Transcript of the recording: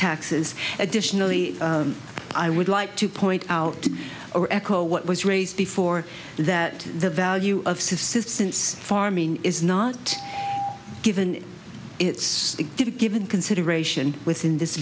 taxes additionally i would like to point out or echo what was raised before that the value of sis's since farming is not given it's a gift given consideration within this